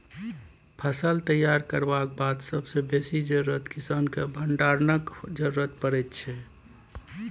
फसल तैयार करबाक बाद सबसँ बेसी जरुरत किसानकेँ भंडारणक जरुरत परै छै